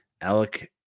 Alec